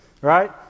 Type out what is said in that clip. right